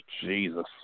Jesus